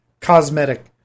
cosmetic